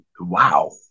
wow